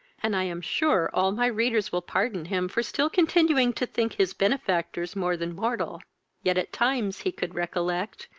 and i am sure all my readers will pardon him for still continuing to think his benefactors more than mortal yet at times he could recollect,